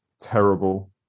terrible